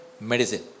medicine